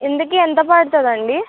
ఇంతకీ ఎంత పడుతుందండి